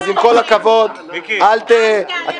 אז עם כל הכבוד -- אל תהלך אימים.